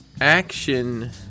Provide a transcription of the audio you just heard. action